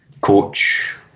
coach